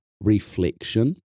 reflection